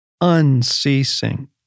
unceasing